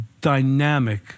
dynamic